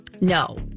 no